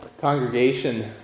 Congregation